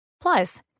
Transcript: Plus